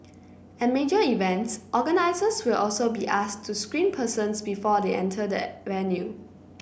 at major events organizers will also be asked to screen persons before they enter the venue